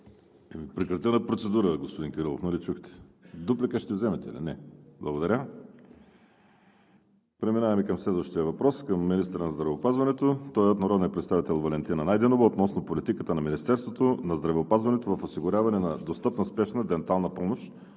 Прекратена е процедурата, господин Кирилов, нали чухте? Дуплика ще вземете ли, господин Министър? Не. Благодаря. Преминаваме към следващия въпрос към министъра на здравеопазването – от народния представител Валентина Найденова относно политиката на Министерството на здравеопазването в осигуряване на достъпна спешна дентална помощ.